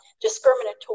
discriminatory